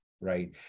right